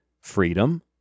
Freedom